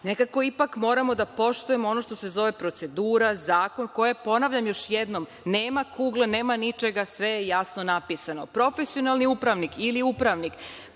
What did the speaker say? Nekako ipak moramo da poštujemo ono što se zove procedura, zakon, koji je, ponavljam još jednom, nema kugle, nema ničega, sve je jasno napisano. Profesionalni upravni ili upravnik